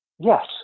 Yes